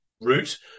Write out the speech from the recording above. route